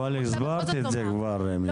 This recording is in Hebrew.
אבל כבר הסברת את זה, מירה.